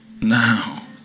now